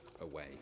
away